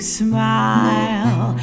smile